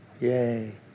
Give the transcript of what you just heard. Yay